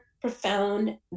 profound